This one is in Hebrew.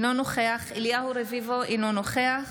אינו נוכח אליהו רביבו, אינו נוכח